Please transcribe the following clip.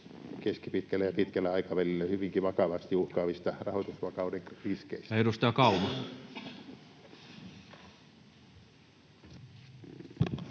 keskipitkällä ja pitkällä aikavälillä hyvinkin vakavasti uhkaavista rahoitusvakauden riskeistä. [Speech 34]